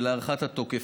ולהארכת התוקף,